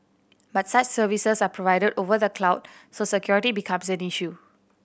but such services are provided over the cloud so security becomes an issue